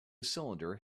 cylinder